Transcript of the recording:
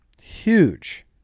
huge